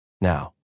now